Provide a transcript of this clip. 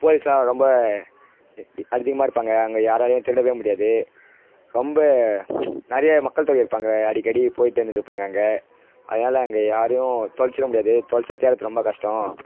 போலீஸ்லாம் ரொம்ப அதிகமாக இருப்பாங்க அங்கே யாராலேயும் திருடவே முடியாது ரொம்ப நிறைய மக்கள் தொகை இருப்பாங்க அடிக்கடி போயிட்டு வந்துட்டு இருப்பாங்க அங்கே அதனால் அங்கே யாரையும் தொலைச்சிட முடியாது தொலைச்சா தேடுறது ரொம்ப கஷ்டம்